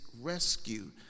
rescue